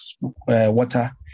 water